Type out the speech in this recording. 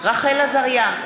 רחל עזריה,